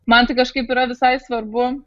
man tai kažkaip yra visai svarbu